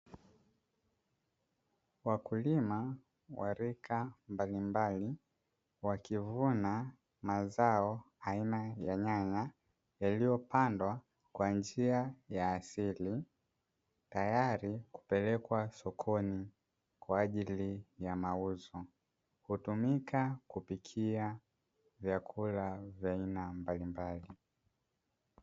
Wakulima wa rika mbalimbali, wakivuna mazao aina ya nyanya yaliyopandwa kwa njia ya asili, tayari kupelekwa sokoni kwa ajili ya mauzo; hutumika kupikia vyakula vya aina mbalimbali.